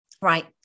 Right